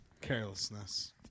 Carelessness